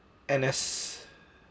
N_S